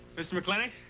mr. mclintock.